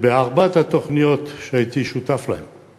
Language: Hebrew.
בארבע התוכניות שהייתי שותף להן,